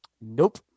Nope